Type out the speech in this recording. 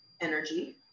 energy